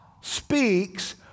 speaks